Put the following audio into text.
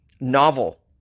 novel